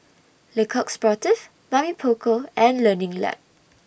Le Coq Sportif Mamy Poko and Learning Lab